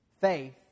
Faith